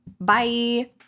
Bye